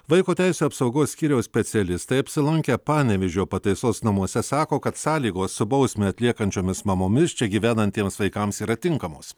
vaiko teisių apsaugos skyriaus specialistai apsilankę panevėžio pataisos namuose sako kad sąlygos su bausmę atliekančiomis mamomis čia gyvenantiems vaikams yra tinkamos